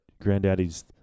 granddaddy's